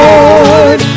Lord